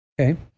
Okay